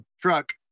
truck